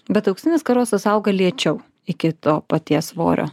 bet auksinis karosas auga lėčiau iki to paties svorio